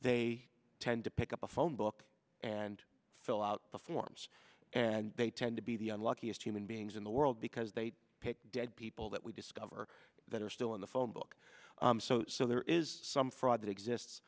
they tend to pick up the phone book and fill out the forms and they tend to be the unluckiest human beings in the world because they pick dead people that we discover that are still in the phone book so there is some fraud that exists